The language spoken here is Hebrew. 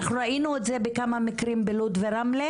אנחנו היינו את זה בכמה מקרים בלוד ורמלה